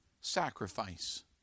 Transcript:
sacrifice